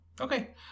Okay